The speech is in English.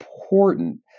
important